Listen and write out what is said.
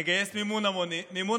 נגייס מימון המונים,